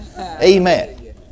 Amen